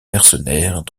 mercenaires